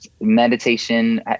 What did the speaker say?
meditation